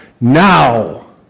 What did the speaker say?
now